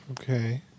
okay